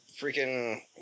freaking